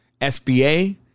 SBA